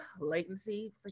latency